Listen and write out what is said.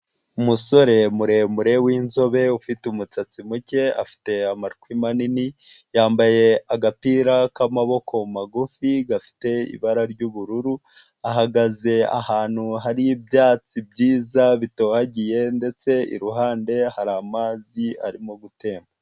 Umusore muremure w'inzobe ufite umusatsi muke afite amatwi manini, yambaye agapira k'amaboko magufi gafite ibara ry'ubururu, ahagaze ahantu hari ibyatsi byiza bitohagiye ndetse iruhande hari amazi arimo gutemba.